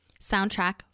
soundtrack